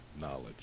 knowledge